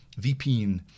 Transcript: VPN